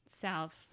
South